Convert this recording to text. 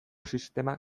sistema